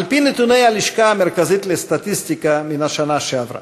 על-פי נתוני הלשכה המרכזית לסטטיסטיקה מן השנה שעברה.